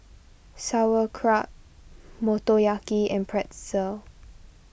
Sauerkraut Motoyaki and Pretzel